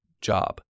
job